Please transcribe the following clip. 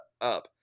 up